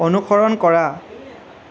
অনুসৰণ কৰা